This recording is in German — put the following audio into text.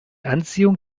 anziehung